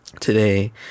today